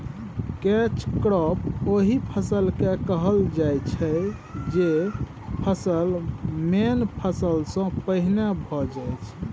catch crop ओहि फसल केँ कहल जाइ छै जे फसल मेन फसल सँ पहिने भए जाइ छै